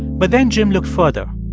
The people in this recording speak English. but then jim looked further.